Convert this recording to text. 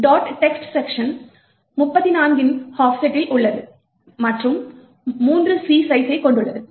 text section 34 இன் ஆஃப்செட்டில் உள்ளது மற்றும் 3C சைஸ்சைக் கொண்டுள்ளது